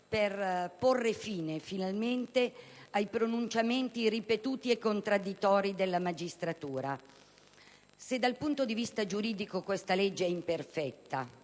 a porre fine, finalmente, ai pronunciamenti ripetuti e contraddittori della magistratura. Dal punto di vista giuridico questa legge è imperfetta